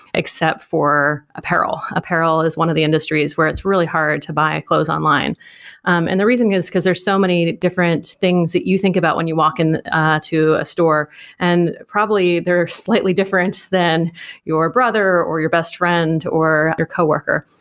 except for apparel. apparel is one of the industries where it's really hard to buy clothes online um and the reason is because there's so many different things that you think about when you walk in to a store and probably they're slightly different than your brother, or your best friend, or your coworker.